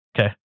Okay